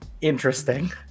interesting